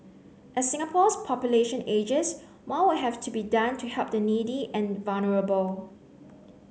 as Singapore's population ages more will have to be done to help the needy and vulnerable